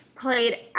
played